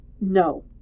No